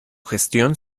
gestión